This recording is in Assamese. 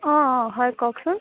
অঁ অঁ হয় কওকচোন